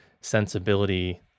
sensibility